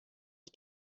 ich